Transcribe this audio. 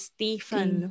Stephen